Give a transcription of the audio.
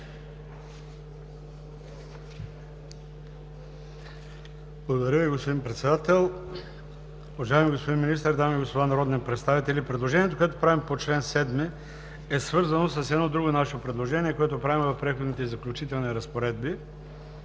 Благодаря, господин Председател. Уважаеми господин Министър, дами и господа народни представители! Предложението, което правим по чл. 7, е свързано с едно друго наше предложение, което правим в § 3 на Преходните и заключителните разпоредби